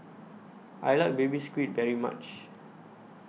I like Baby Squid very much